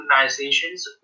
organizations